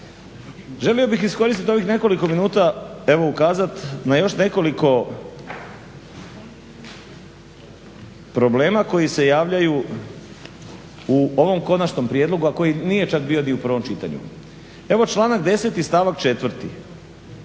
Želio bih iskoristiti ovih nekoliko minuta i evo ukazati na još nekoliko problema koji se javljaju u ovom konačnom prijedlogu, a koji nije čak bio ni u prvom čitanju. Evo članak 10. stavak 4.